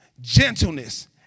gentleness